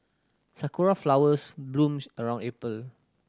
sakura flowers bloom around April